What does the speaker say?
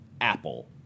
Apple